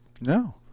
No